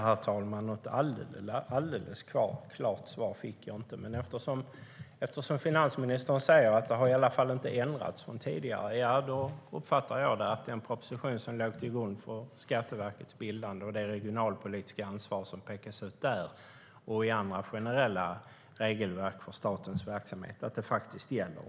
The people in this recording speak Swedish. Herr talman! Något alldeles klart svar fick jag inte. Men eftersom finansministern säger att det i alla fall inte har skett någon förändring mot hur det var tidigare uppfattar jag det som att den proposition som låg till grund för Skatteverkets bildande och det regionalpolitiska ansvar som pekas ut där och i andra generella regelverk för statens verksamhet faktiskt gäller.